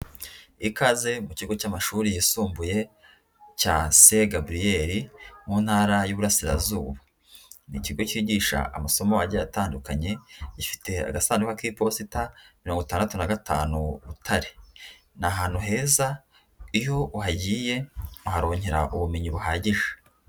Ikaze mu kigo cy'amashuri yisumbuye cya Saint Gabriel mu ntara y'iburasirazuba, ni ikigo kigisha amasomo agiye atandukanye, gifite agasanduku k'iposita mirongo itandatu na gatanu Butare, ni ahantu heza iyo uhagiye uharonkera ubumenyi buhagije.